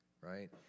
right